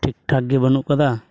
ᱴᱷᱤᱠᱴᱷᱟᱠ ᱜᱮ ᱵᱟᱹᱱᱩᱜ ᱠᱟᱫᱟ